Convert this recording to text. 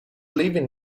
leaving